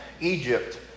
Egypt